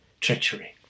treachery